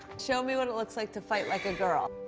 show me what it looks like to fight like a girl.